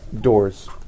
Doors